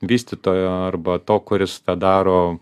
vystytojo arba to kuris tą daro